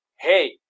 hey